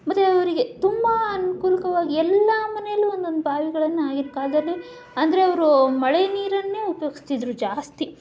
ಮತ್ತು ಅವರಿಗೆ ತುಂಬ ಅನುಕೂಲಕವಾಗಿ ಎಲ್ಲ ಮನೆಯಲ್ಲೂ ಒಂದೊಂದು ಬಾವಿಗಳನ್ನು ಆಗಿನ ಕಾಲದಲ್ಲಿ ಅಂದ್ರೆ ಅವರು ಮಳೆ ನೀರನ್ನೇ ಉಪಯೋಗಿಸ್ತಿದ್ರು ಜಾಸ್ತಿ